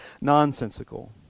nonsensical